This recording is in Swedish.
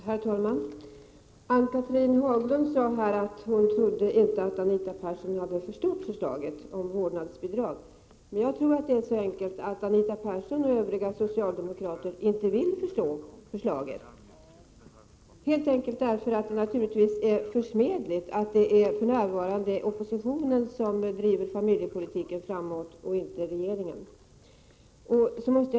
Herr talman! Ann-Cathrine Haglund sade här att hon inte trodde att Anita Persson hade förstått förslaget om vårdnadsbidrag. Jag tror i stället att det är så enkelt att Anita Persson och övriga socialdemokrater inte vill förstå det, helt enkelt därför att det naturligtvis är försmädligt att det för närvarande är oppositionen och inte regeringen som driver familjepolitiken framåt.